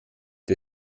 der